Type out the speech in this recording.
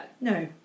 no